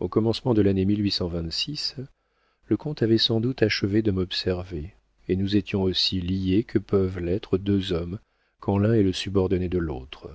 au commencement de l'année le comte avait sans doute achevé de m'observer et nous étions aussi liés que peuvent l'être deux hommes quand l'un est le subordonné de l'autre